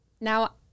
Now